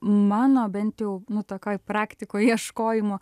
mano bent jau nu tokioj praktikoj ieškojimo